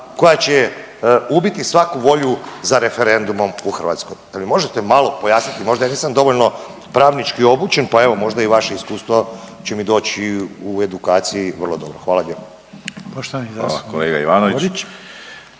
koja će ubiti svaku volju za referendumom u Hrvatskoj. Dal mi možete malo pojasniti, možda ja nisam dovoljno pravnički obučen pa evo možda i vaše iskustvo će mi doći u edukaciji vrlo dobro. Hvala lijepo. **Reiner,